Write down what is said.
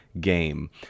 game